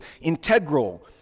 integral